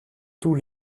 tout